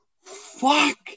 fuck